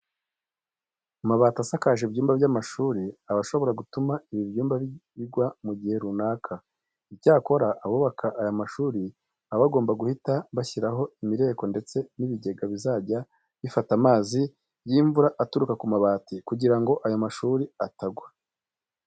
Amabati asakaje ibyumba by'amashuri aba ashobora gutuma ibi byumba bigwa mu gihe runaka. Icyakora abubaka aya mashuri baba bagomba guhita bashyiraho imireko ndetse n'ibigega bizajya bifata amazi y'imvura aturuka ku mabati kugira ngo ayo mashuri atagwa.